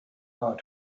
how